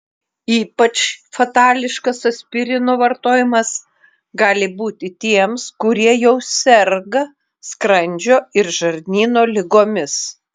ypač fatališkas aspirino vartojimas gali būti tiems kurie jau serga skrandžio ar žarnyno ligomis